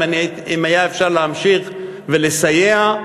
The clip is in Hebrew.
אם היה אפשר להמשיך ולסייע,